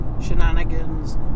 shenanigans